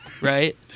Right